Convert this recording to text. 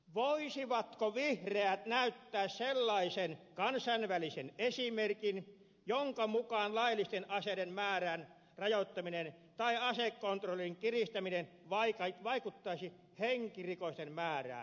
voisivatko vihreät näyttää sellaisen kansainvälisen esimerkin jonka mukaan laillisten aseiden määrän rajoittaminen tai asekontrollin kiristäminen vaikuttaisi henkirikosten määrään vähentävästi